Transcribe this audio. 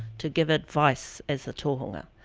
to give advice as a tohunga.